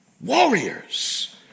warriors